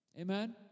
Amen